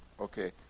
okay